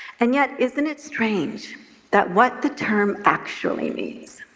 and yet, isn't it strange that what the term actually means,